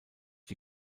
die